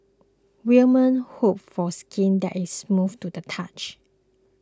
women hope for skin that is soft to the touch